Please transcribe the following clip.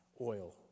Oil